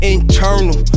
Internal